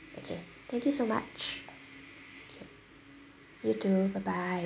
okay thank you so much you too bye bye